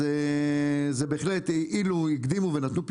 אז זה בהחלט, אילו הקדימו ונתנו פתרון.